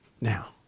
now